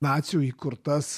nacių įkurtas